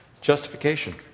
Justification